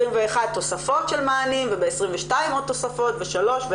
נראה תוספת של מענים וב-2022 עוד תוספות וב-2023,